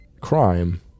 crime